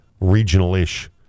regional-ish